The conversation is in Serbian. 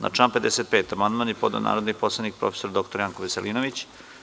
Na član 55. amandman je podneo narodni poslanik prof. dr Janko Veselinović.